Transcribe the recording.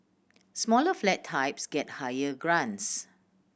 smaller flat types get higher grants